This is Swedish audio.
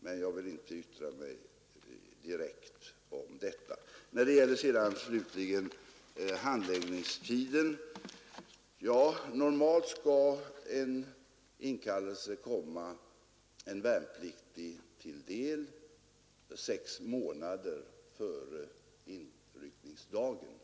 men jag vill inte yttra mig direkt om detta. När det slutligen gäller handläggningstiden vill jag framhålla att en inkallelseorder normalt skall komma en värnpliktig till del sex månader före inryckningsdagen.